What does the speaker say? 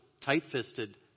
tight-fisted